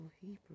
Hebrew